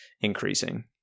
increasing